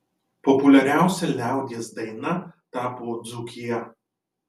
populiariausia liaudies daina tapo dzūkija